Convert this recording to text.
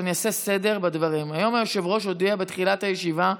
אני אעשה סדר בדברים: היום היושב-ראש הודיע בתחילת הישיבה,